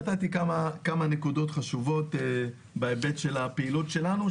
נתתי כמה נקודות חשובות בהיבט של הפעילות שלנו,